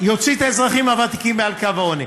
ויוציא את האזרחים הוותיקים מעל קו העוני.